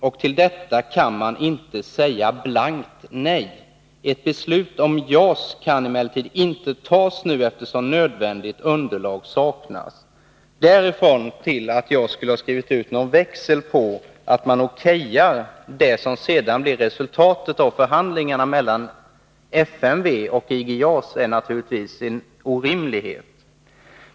Och till detta kan man inte säga blankt nej. Ett beslut om JAS90 kan inte tas nu, eftersom nödvändigt underlag saknas.” Därifrån till att jag skulle ha skrivit ut någon växel att man okayar det som sedan blev resultatet av förhandlingarna mellan FMV och IG JAS är naturligtvis en orimlighet.